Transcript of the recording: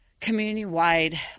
community-wide